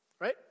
Right